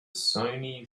sony